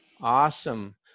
Awesome